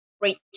reach